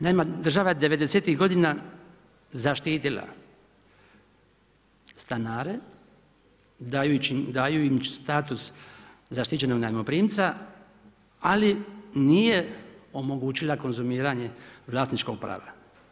Naime, država je '90.-tih godina zaštitila stanare dajući im status zaštićenog najmoprimca ali nije omogućila konzumiranje vlasničkog prava.